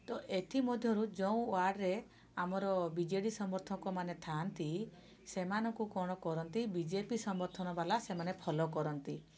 ତ ଏଥିମଧ୍ୟରୁ ଯଉଁ ୱାର୍ଡ଼ରେ ଆମର ବିଜେଡ଼ି ସମର୍ଥକମାନେ ଥାଆନ୍ତି ସେମାନଙ୍କୁ କ'ଣ କରନ୍ତି ବିଜେପି ସମର୍ଥନବାଲା ସେମାନେ ଫଲୋ କରନ୍ତି